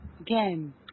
Again